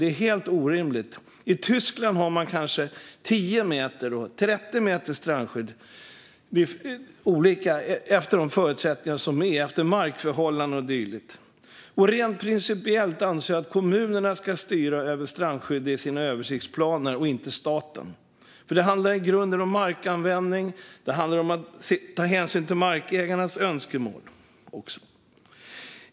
Det är helt orimligt. I Tyskland har man kanske 10-30 meter strandskydd beroende på förutsättningarna, till exempel markförhållanden. Rent principiellt anser jag att kommunerna ska styra över strandskyddet i sina översiktsplaner, inte staten. Det handlar i grunden om markanvändning och om att ta hänsyn till markägarnas önskemål.